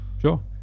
Sure